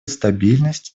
стабильность